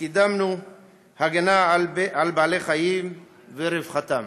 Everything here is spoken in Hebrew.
וקידמנו הגנה על בעלי חיים ורווחתם.